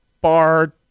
Bar